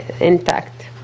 intact